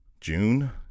June